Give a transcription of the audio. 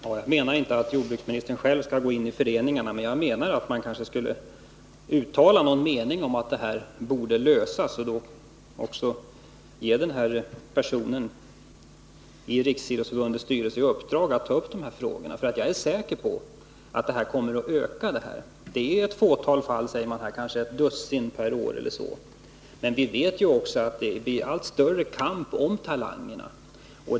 Herr talman! Jag menar inte att jordbruksministern själv skall gå in i föreningarna. Men jag menar att man kanske skulle uttala någon uppfattning - att detta problem borde lösas — och också ge den här personen i riksidrottsförbundets styrelse i uppdrag att ta upp dessa frågor. Jag är säker på att den företeelse det här gäller kommer att öka. Det är ett fåtal fall, säger man, kanske ett dussin per år. Men vi vet också att det blir allt större kamp om talangerna.